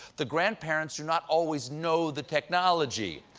the grandparents do not always know the technology.